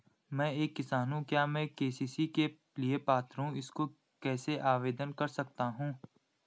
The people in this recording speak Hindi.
मैं एक किसान हूँ क्या मैं के.सी.सी के लिए पात्र हूँ इसको कैसे आवेदन कर सकता हूँ?